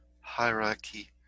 Hierarchy